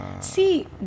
See